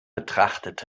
betrachtet